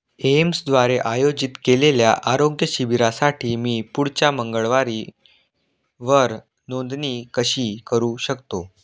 एम्सद्वारे आयोजित केलेल्या आरोग्यशिबिरासाठी मी पुढच्या मंगळवारी वर नोंदणी कशी करू शकतो